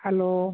hello